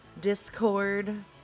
Discord